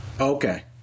Okay